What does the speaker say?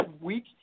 week